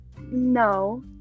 no